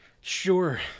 Sure